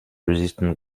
resistant